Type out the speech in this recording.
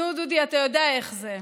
נו, דודי, אתה יודע איך זה.